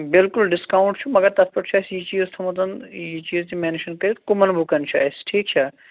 بِلکُل ڈِسکاوُنٛٹ چھُ مگر تَتھ پٮ۪ٹھ چھُ اَسہِ یہِ چیٖز تھومُت یہِ چیٖز تہِ مینشن کٔرِتھ کٕمَن بُکَن چھُ اَسہِ ٹھیٖک چھا